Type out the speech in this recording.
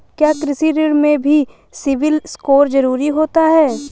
क्या कृषि ऋण में भी सिबिल स्कोर जरूरी होता है?